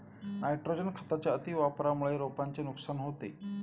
nitrogen खताच्या अतिवापरामुळे रोपांचे नुकसान होते